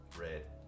Red